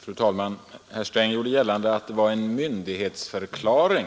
Fru talman! Herr Sträng gjorde gällande att det var en myndighetsförklaring